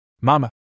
Mama